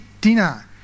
dinner